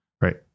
Right